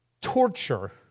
torture